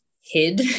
hid